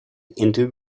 into